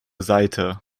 seite